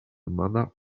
mother